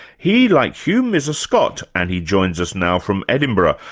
he, like hume, is a scot and he joins us now from edinburgh.